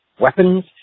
weapons